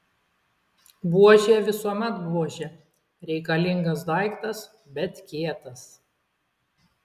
buožė visuomet buožė reikalingas daiktas bet kietas